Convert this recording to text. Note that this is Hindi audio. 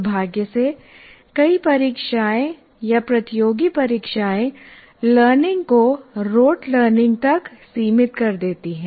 दुर्भाग्य से कई परीक्षाएँ या प्रतियोगी परीक्षाएँ लर्निंग को रोट लर्निंग तक सीमित कर देती हैं